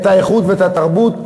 את האיכות ואת התרבות,